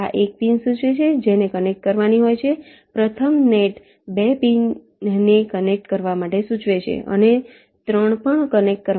આ એક પિન સૂચવે છે કે જેને કનેક્ટ કરવાની હોય છે પ્રથમ નેટ 2 પિનને કનેક્ટ કરવા માટે સૂચવે છે અને 3 પણ કનેક્ટ કરવાની હોય છે